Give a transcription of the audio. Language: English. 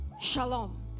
Shalom